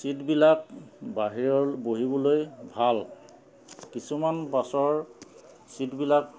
ছিটবিলাক বাহিৰৰ বহিবলৈ ভাল কিছুমান বাছৰ ছিটবিলাক